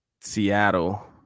Seattle